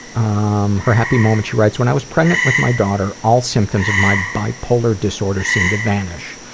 um her happy moment she writes, when i was pregnant with my daughter, all symptoms of my bipolar disorder seemed to vanish.